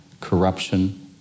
corruption